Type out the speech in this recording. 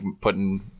putting